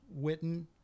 Witten